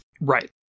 Right